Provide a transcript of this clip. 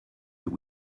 that